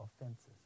offenses